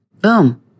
Boom